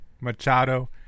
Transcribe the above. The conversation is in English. Machado